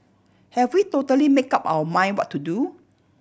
have we totally make up our mind what to do